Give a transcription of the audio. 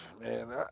man